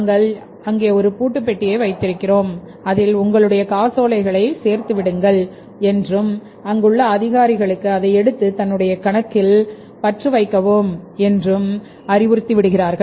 நாங்கள் அங்கே ஒரு பூட்டு பெட்டியை வைத்திருக்கிறோம் அதில் உங்களுடைய காசோலைகளில் சேர்த்து விடுங்கள் என்று என்றும் அங்குள்ள அதிகாரிகளுக்கு அதை எடுத்து தன்னுடைய கணக்கில் பற்று வைக்கவும் அறிவுறுத்த வேண்டும்